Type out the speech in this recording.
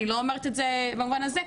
אני לא אומרת את זה במובן הזה,